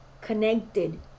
connected